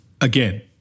again